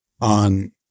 on